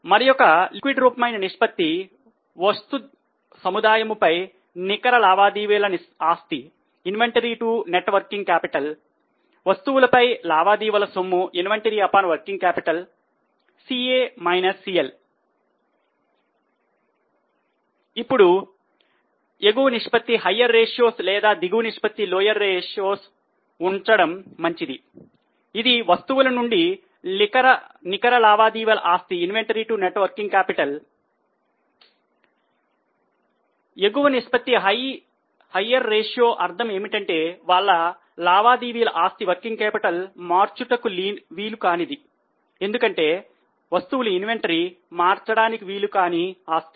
మరియొక లిక్విడ్ రూపమైన నిష్పత్తి వస్తుసముదాయముపై నికర లావాదేవీల ఆస్తి